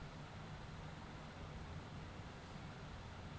reaper binder হছে ইক ধরলের যল্তর উয়াতে ধাল কাটা হ্যয়